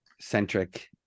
centric